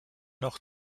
noch